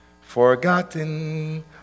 Forgotten